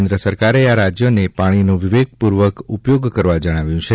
કેન્દ્ર સરકારે આ રાજ્યોને પાણીનો વિવેકપૂર્ણ ઉપયોગ કરવા જણાવ્યું છે